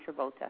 Travolta